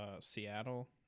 Seattle